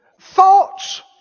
Thoughts